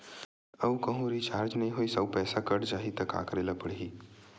आऊ कहीं रिचार्ज नई होइस आऊ पईसा कत जहीं का करेला पढाही?